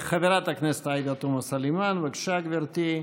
חברת הכנסת עאידה תומא סלימאן, בבקשה, גברתי.